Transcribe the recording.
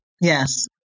Yes